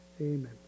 Amen